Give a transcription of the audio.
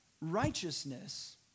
Righteousness